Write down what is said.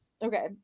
Okay